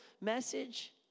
message